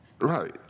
Right